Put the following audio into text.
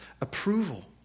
approval